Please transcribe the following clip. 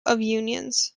unions